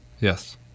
Yes